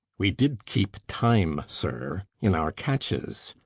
we did keep time, sir, in our catches.